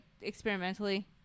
experimentally